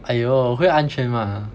!aiyo! 会安全 mah